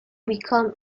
become